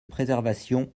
préservation